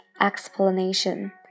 explanation